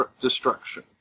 destruction